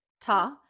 ta